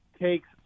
takes